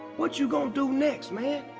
what you gonna do next, man?